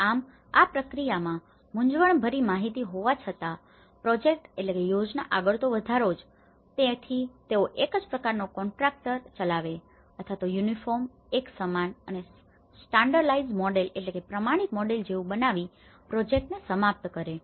આમ આ પ્રક્રિયામાં મૂંઝવણભરી માહિતી હોવા છતાં આ પ્રોજેક્ટને project યોજના આગળ તો વધારવો જ પડશે તેથી તેઓ એક જ પ્રકારનો કોન્ટ્રાકટર contractor ઠેકેદાર ચલાવે છે અથવા તો યુનિફોર્મ uniform એકસમાન અને સ્ટાન્ડર્ડાઇજ્ડ મોડેલ standardized models પ્રમાણિત મોડેલો જેવું બનાવીને પ્રોજેક્ટ project યોજના સમાપ્ત કરે છે